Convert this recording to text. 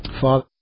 Father